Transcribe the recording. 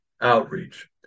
outreach